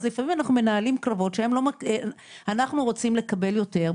לפעמים אנחנו מנהלים קרבות אנחנו רוצים לקבל יותר,